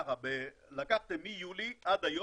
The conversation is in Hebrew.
לקחתם מיולי עד היום,